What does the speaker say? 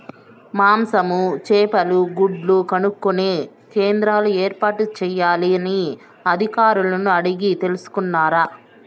మాంసము, చేపలు, గుడ్లు కొనుక్కొనే కేంద్రాలు ఏర్పాటు చేయాలని అధికారులను అడిగి తెలుసుకున్నారా?